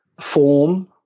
form